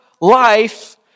life